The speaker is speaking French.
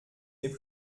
n’est